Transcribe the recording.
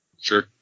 Sure